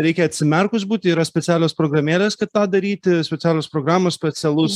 reikia atsimerkus būti yra specialios programėlės kad tą daryti specialios programos specialus